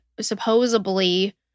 supposedly